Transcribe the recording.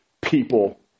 people